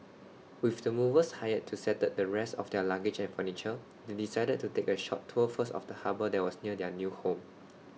with the movers hired to settle the rest of their luggage and furniture they decided to take A short tour first of the harbour that was near their new home